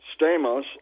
Stamos